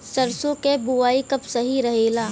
सरसों क बुवाई कब सही रहेला?